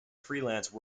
freelance